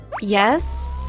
Yes